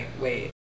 Wait